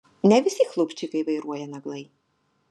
ne visi chlupščikai vairuoja naglai